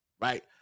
right